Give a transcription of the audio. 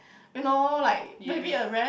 you know like maybe a rant